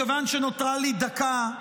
מכיוון שנותרה לי דקה,